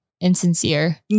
insincere